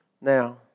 now